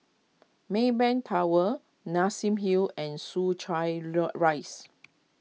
Maybank Tower Nassim Hill and Soo Chai Rise